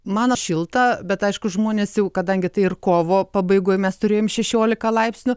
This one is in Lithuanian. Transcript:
man šilta bet aišku žmonės jau kadangi tai ir kovo pabaigoj mes turėjom šešiolika laipsnių